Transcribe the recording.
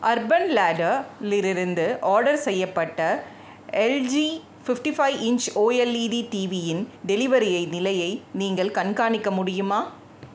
urban லேட லிரிருந்து order செய்யப்பட்ட LG fifty five inch OLED டிவியின் டெலிவரியை நிலையை நீங்கள் கண்காணிக்க முடியுமா